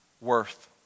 worth